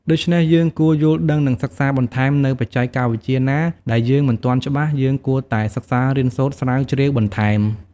ដូច្នេះយើងគួរយលដឺងនិងសិក្សាបន្ថែមនៅបច្ចេកវិទ្យាណាដែលយើងមិនទាន់ច្បាស់យើងគួរតែសិក្សារៀនសូត្រស្រាវជ្រាវបន្ថែម។